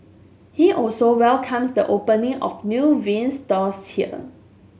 he also welcomes the opening of new vinyl stores here